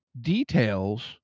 details